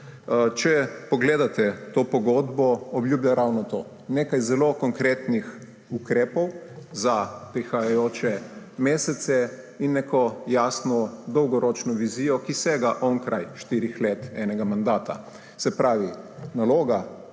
Če pogledate to pogodbo, obljublja ravno to – nekaj zelo konkretnih ukrepov za prihajajoče mesece in neko jasno dolgoročno vizijo, ki sega onkraj štirih let enega mandata. Se pravi naloga